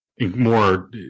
More